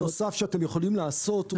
זה --- בנוסף שאתם יכולים לעשות,